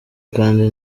kandi